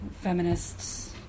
Feminists